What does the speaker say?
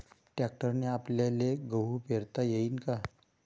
ट्रॅक्टरने आपल्याले गहू पेरता येईन का?